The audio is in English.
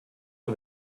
and